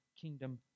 kingdom